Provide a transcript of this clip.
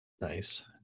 Nice